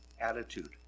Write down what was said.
attitude